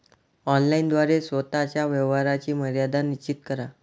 online द्वारे स्वतः च्या व्यवहाराची मर्यादा निश्चित करा